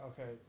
okay